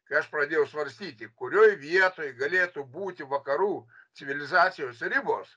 kai aš pradėjau svarstyti kurioj vietoj galėtų būti vakarų civilizacijos ribos